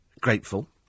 grateful